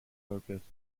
focussed